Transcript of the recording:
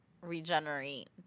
regenerate